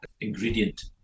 ingredient